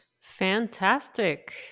Fantastic